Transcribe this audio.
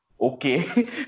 okay